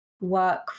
work